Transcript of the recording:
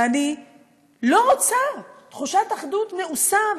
ואני לא רוצה תחושת אחדות מעושה,